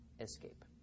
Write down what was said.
escape